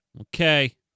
okay